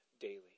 daily